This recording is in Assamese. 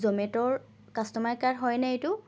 জমেট'ৰ কাষ্টমাৰ কেয়াৰ হয়নে এইটো